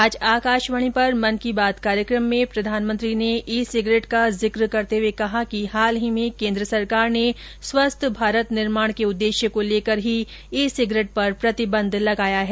आज आकाशवाणी पर मन की बात कार्यक्रम में प्रधानमंत्री ने ई सिगरेट का जिक्र करते हुए कहा कि हाल ही में केन्द्र सरकार ने स्वस्थ भारत निर्माण के उददेश्य को लेकर ही ई सिगरेट पर प्रतिबंध लगाया है